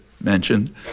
mentioned